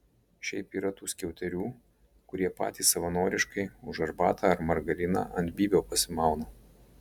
šiaip yra tų skiauterių kurie patys savanoriškai už arbatą ar margariną ant bybio pasimauna